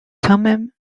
thummim